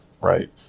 Right